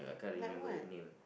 like what